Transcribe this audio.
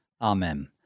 Amen